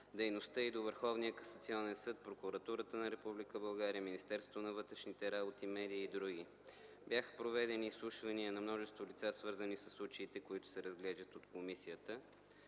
дейността й до Върховния касационен съд, Прокуратурата на Република България, Министерство на вътрешните работи, медии и други. Бяха проведени изслушвания на множество лица, свързани със случаите, които се разглеждат от комисията.